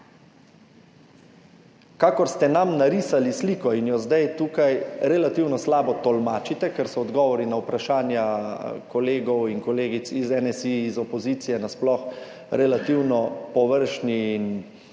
kakor ste nam narisali sliko in jo zdaj tukaj relativno slabo tolmačite, ker so odgovori na vprašanja kolegov in kolegic iz NSi, iz opozicije nasploh relativno površni in